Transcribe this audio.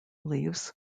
leaves